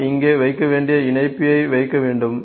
நான் இங்கே வைக்க வேண்டிய இணைப்பியை வைக்க வேண்டும்